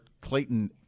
Clayton